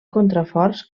contraforts